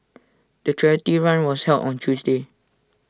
the charity run was held on Tuesday